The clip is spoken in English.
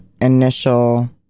initial